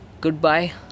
goodbye